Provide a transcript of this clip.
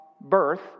birth